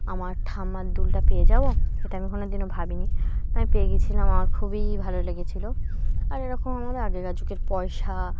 আমার ঠাম্মার দুলটা পেয়ে যাব এটা আমি কোনো দিনও ভাবিনি তা আমি পেয়ে গিয়েছিলাম আমার খুবই ভালো লেগেছিলো আর এরকম আমাদের আগেকার যুগের পয়সা